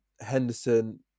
Henderson